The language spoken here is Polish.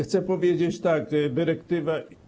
Chcę powiedzieć tak: dyrektywa.